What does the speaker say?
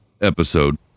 episode